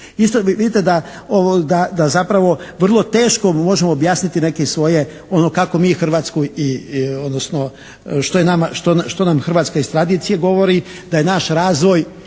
vidite da zapravo vrlo teško možemo objasniti neke svoje ono kako mi Hrvatsku, odnosno što nam Hrvatska iz tradicije govori da je naš razvoj